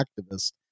activist